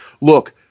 look